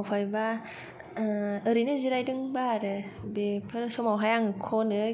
अफायबा ओरैनो जिरायदों बा आरो बेफोर समाव हाय आं खनो